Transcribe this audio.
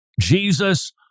Jesus